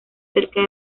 cerca